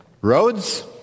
Roads